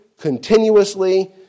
continuously